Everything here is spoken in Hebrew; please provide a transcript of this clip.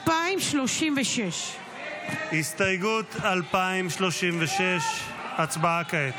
2036. הסתייגות 2036. הצבעה כעת.